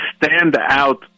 standout